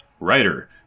writer